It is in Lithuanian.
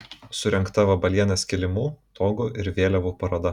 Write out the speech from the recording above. surengta vabalienės kilimų togų ir vėliavų paroda